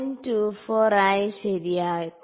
24 ആയി ശരിയാക്കും